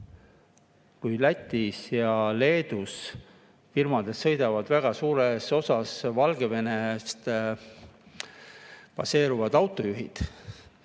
Kui Läti ja Leedu firmades sõidavad väga suures osas Valgevenes baseeruvad autojuhid,